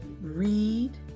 Read